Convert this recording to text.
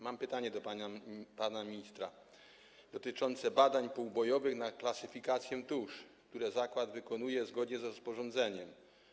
Mam pytanie do pana ministra dotyczące badań poubojowych w zakresie klasyfikacji tusz, które zakład wykonuje zgodnie z rozporządzeniem.